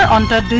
ah and